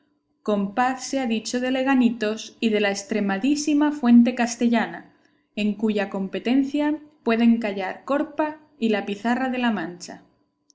con paz sea dicho de leganitos y de la estremadísima fuente castellana en cuya competencia pueden callar corpa y la pizarra de la mancha